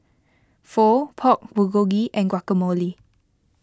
Pho Pork Bulgogi and Guacamole